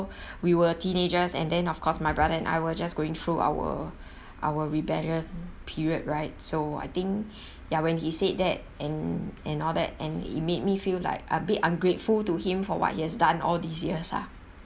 we were teenagers and then of course my brother and I were just going through our our rebellious period right so I think ya when he said that and and all that and it made me feel like a bit ungrateful to him for what he has done all these years ah